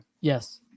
Yes